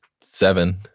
seven